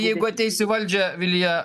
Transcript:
jeigu ateis į valdžią vilija